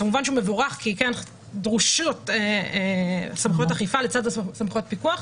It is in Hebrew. כמובן שהוא מבורך כי כן דרושות סמכויות אכיפה לצד סמכויות פיקוח,